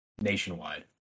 nationwide